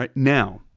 like now,